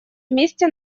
вместе